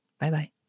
Bye-bye